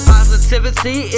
Positivity